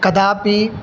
कदापि